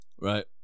Right